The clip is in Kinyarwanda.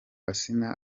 asnah